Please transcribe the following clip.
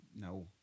No